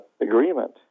agreement